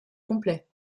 complet